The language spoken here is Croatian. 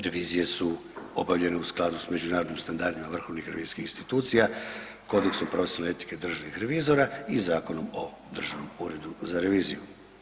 Revizije su obavljene u skladu s međunarodnim standardima vrhovnih revizijskih institucija kodeksom profesionalne etike državnih revizora i Zakonom o Državnom uredu za reviziju.